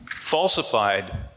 falsified